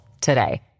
today